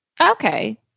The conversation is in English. Okay